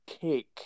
cake